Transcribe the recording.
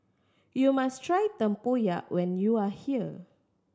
you must try tempoyak when you are here